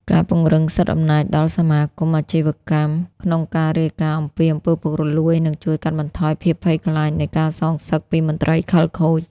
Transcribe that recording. ការពង្រឹងសិទ្ធិអំណាចដល់សមាគមអាជីវកម្មក្នុងការរាយការណ៍អំពី អំពើពុករលួយ នឹងជួយកាត់បន្ថយភាពភ័យខ្លាចនៃការសងសឹកពីមន្ត្រីខិលខូច។